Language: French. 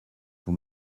vous